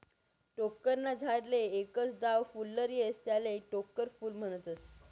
टोक्कर ना झाडले एकच दाव फुल्लर येस त्याले टोक्कर फूल म्हनतस